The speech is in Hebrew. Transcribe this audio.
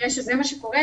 וכנראה שזה מה שקורה,